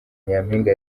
nyampinga